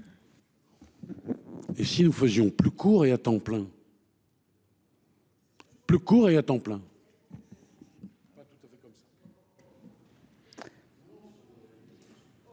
Et si nous faisions plus court et à temps plein. Plus court et à temps plein.